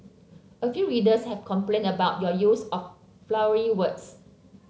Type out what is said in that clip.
a few readers have complained about your use of flowery words